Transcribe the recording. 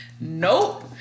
nope